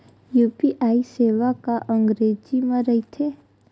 UPI सेवा का अंग्रेजी मा रहीथे?